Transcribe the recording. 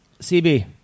CB